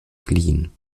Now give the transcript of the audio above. fliehen